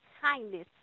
kindness